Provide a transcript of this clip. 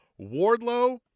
Wardlow